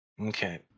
Okay